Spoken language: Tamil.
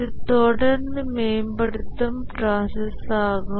இது தொடர்ந்து மேம்படுத்தும் ப்ராசஸ் ஆகும்